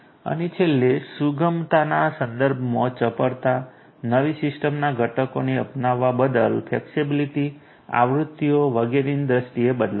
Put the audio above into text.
અને છેલ્લે સુગમતાના સંદર્ભમાં ચપળતા નવી સિસ્ટમના ઘટકોને અપનાવવા બદલ ફ્લેક્સિબિલિટી આવૃત્તિઓ વગેરેની દ્રષ્ટિએ બદલાય છે